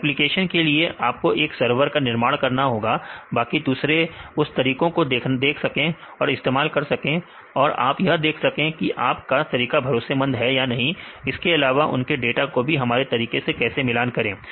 तो एप्लीकेशन के लिए आपको एक सरवर का निर्माण करना होगा बाकी दूसरे उस तरीके को देख सके और इस्तेमाल कर सके और आप यह देखें कि आप का तरीका भरोसेमंद है या नहीं इसके अलावा उनके डाटा को भी हमारे तरीके से कैसे मिलान करें